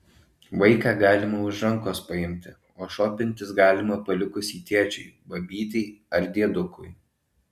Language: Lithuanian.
vaiką galima už rankos paimti o šopintis galima palikus jį tėčiui babytei ar diedukui